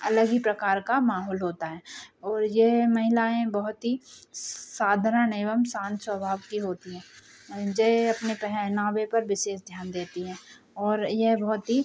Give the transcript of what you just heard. अलग ही प्रकार का माहौल होता है और यह महिलाएँ बहुत ही साधरण एवं शान्त स्वभाव की होती हैं जो अपने पहनावे पर विशेष ध्यान देती हैं और यह बहुत ही